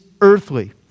earthly